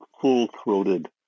full-throated